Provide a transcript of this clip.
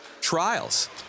trials